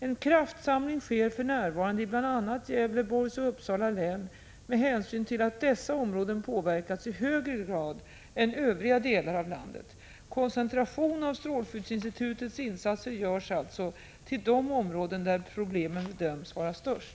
En kraftsamling sker för närvarande i bl.a. Gävleborgs och Uppsala län med hänsyn till att dessa områden påverkats i högre grad än övriga delar av landet. Koncentration av strålskyddsinstitutets insatser görs alltså till de områden där problemen bedöms vara störst.